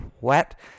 wet